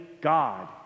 God